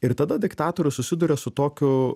ir tada diktatorius susiduria su tokiu